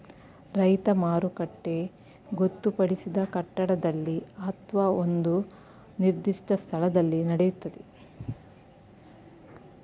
ರೈತ ಮಾರುಕಟ್ಟೆ ಗೊತ್ತುಪಡಿಸಿದ ಕಟ್ಟಡದಲ್ಲಿ ಅತ್ವ ಒಂದು ನಿರ್ದಿಷ್ಟ ಸ್ಥಳದಲ್ಲಿ ನಡೆಯುತ್ತೆ